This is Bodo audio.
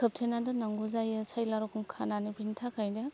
खोबथेनानै दोननांगौ जायो सायला रखम खानानै बेनि थाखायनो